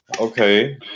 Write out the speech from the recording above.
Okay